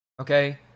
okay